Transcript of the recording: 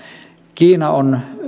kiina on